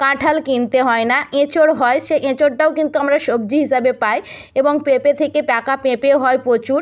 কাঁঠাল কিনতে হয় না এঁচোড় হয় সে এঁচোড়টাও কিন্তু আমরা সবজি হিসাবে পাই এবং পেঁপে থেকে পাকা পেঁপেও হয় প্রচুর